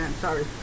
Sorry